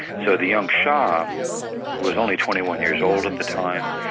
so the young shah was only twenty one years old at the time,